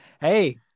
Hey